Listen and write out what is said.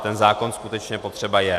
Ten zákon skutečně potřeba je.